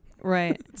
Right